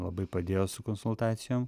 labai padėjo su konsultacijom